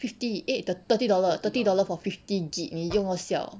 fifty eh thirty dollar thirty dollar for fifty gib 你用到 siao